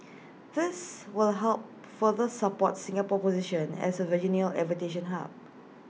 this will help further support Singapore's position as A regional aviation hub